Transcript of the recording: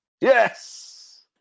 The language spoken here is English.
Yes